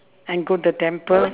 and go the temple